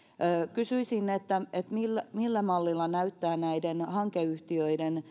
kysyisin millä millä mallilla näyttävät näiden hankeyhtiöiden